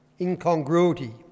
incongruity